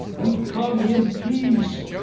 we come in peace!